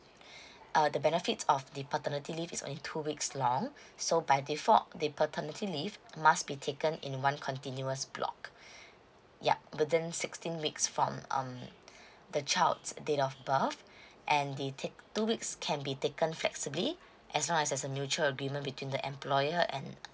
uh the benefits of the paternity leave is only two weeks long so by default the paternity leave must be taken in one continuous block yup within sixteen weeks from um the child's date of birth and the take two weeks can be taken flexibly as long as as a mutual agreement between the employer and